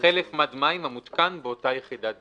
חלף מד מים המותקן באותה יחידת דיור."